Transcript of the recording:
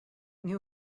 new